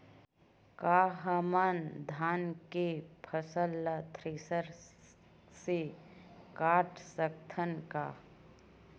का हमन धान के फसल ला थ्रेसर से काट सकथन का?